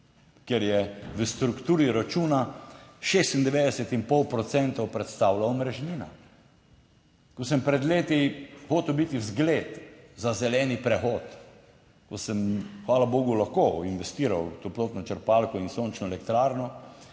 ker je v strukturi računa 96 in pol procentov predstavlja omrežnina. Ko sem pred leti hotel biti v zgled za zeleni prehod, ko sem, hvala bogu lahko investiral v toplotno črpalko in sončno elektrarno,